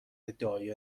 ادعای